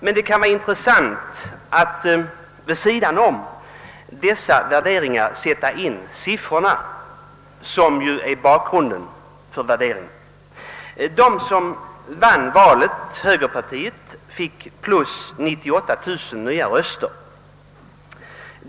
Men det kan vara intressant att vid sidan om dessa värderingar sätta in siffrorna, vilka utgör bakgrunden för en värdering. Högerpartiet, som vann valet, fick 98 000 nya röster.